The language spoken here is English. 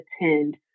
attend